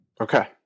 Okay